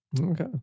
Okay